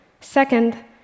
Second